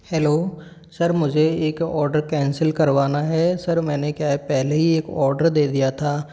hello sir मुझे एक order cancel करवाना है सर मैंने क्या है पहले ही एक ऑर्डर दे दिया था